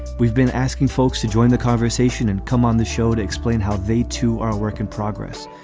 we've been asking folks to join the conversation and come on the show to explain how they, too, are a work in progress.